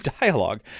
dialogue